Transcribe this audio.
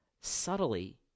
subtly